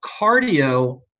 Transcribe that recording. cardio